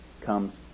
comes